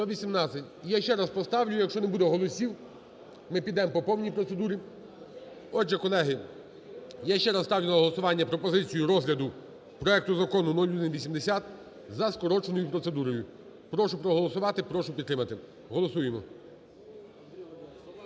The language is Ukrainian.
За-118 Я ще раз поставлю. Якщо не буде голосів, ми підемо по повній процедурі. Отже, колеги, я ще раз ставлю на голосування пропозицію розгляду проекту Закону 0180 за скороченою процедурою. Прошу проголосувати. Прошу підтримати. Голосуємо.